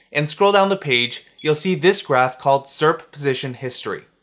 and scroll down the page, you'll see this graph called serp position history.